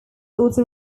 also